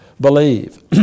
believe